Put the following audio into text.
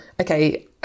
okay